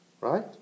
right